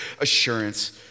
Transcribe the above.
assurance